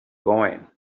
going